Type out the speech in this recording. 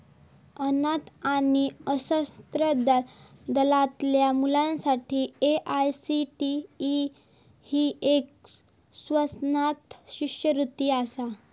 अनाथ आणि सशस्त्र दलातल्या मुलांसाठी ए.आय.सी.टी.ई ही एक स्वनाथ शिष्यवृत्ती असा